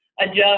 adjust